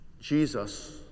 Jesus